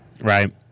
Right